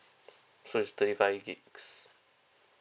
so is thirty five gigs